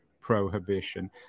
prohibition